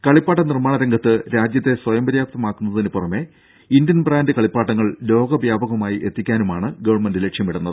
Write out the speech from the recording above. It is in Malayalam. കളിപ്പാട്ട നിർമ്മാണ രംഗത്ത് രാജ്യത്തെ സ്വയംപര്യാപ്തമാക്കുന്നതിന് പുറമെ ഇന്ത്യൻ ബ്രാൻഡ് കളിപ്പാട്ടങ്ങൾ ലോക വ്യാപകമായി എത്തിക്കാനുമാണ് ഗവൺമെന്റ് ലക്ഷ്യമിടുന്നത്